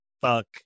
fuck